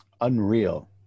unreal